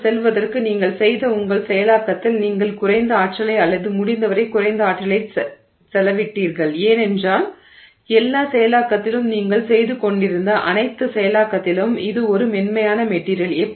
அங்கு செல்வதற்கு நீங்கள் செய்த உங்கள் செயலாக்கத்தில் நீங்கள் குறைந்த ஆற்றலை அல்லது முடிந்தவரை குறைந்த ஆற்றலைச் செலவிட்டீர்கள் ஏனென்றால் எல்லா செயலாக்கத்திலும் நீங்கள் செய்து கொண்டிருந்த அனைத்து செயலாக்கத்திலும் இது ஒரு மென்மையான மெட்டிரியல்